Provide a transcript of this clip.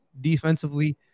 Defensively